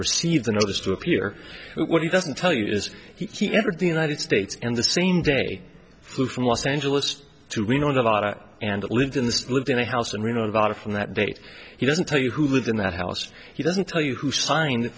receive the notice to appear what he doesn't tell you is he entered the united states and the same day flew from los angeles to reno nevada and lived in the loop in a house in reno nevada from that date he doesn't tell you who lived in that house he doesn't tell you who signed